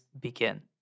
begin